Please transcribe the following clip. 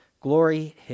Glory